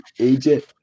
agent